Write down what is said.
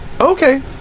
Okay